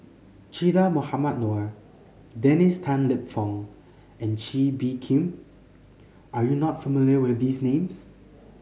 Che Dah Mohamed Noor Dennis Tan Lip Fong and Kee Bee Khim are you not familiar with these names